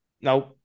Now